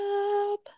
up